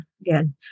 again